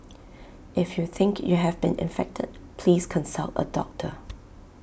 if you think you have been infected please consult A doctor